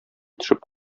төшеп